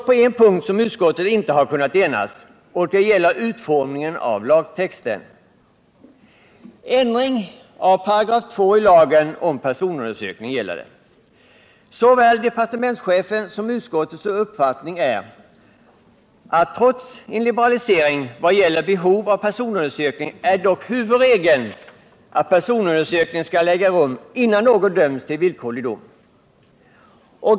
På en punkt har utskottet dock inte kunnat enas. Det gäller utformningen av lagtexten — ändring av 2 § i lagen om personundersökning. Såväl departementschefens som utskottets uppfattning är att trots en liberalisering i vad gäller behov av personundersökning är huvudregeln dock den att personundersökning skall äga rum, innan någon döms till villkorlig dom.